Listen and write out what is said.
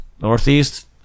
Northeast